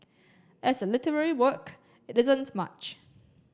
as a literary work it isn't much